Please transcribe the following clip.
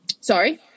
Sorry